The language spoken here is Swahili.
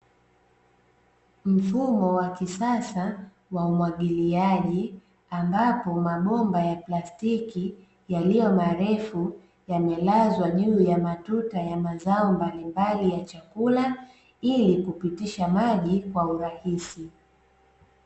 Mfumo wa kisasa wa umwagiliaji ambapo mabomba ya plastiki yaliyomarefu yamelazwa juu ya matuta ya mazao mbalimbali ya chakula ili kupitisha maji kwa urahisi.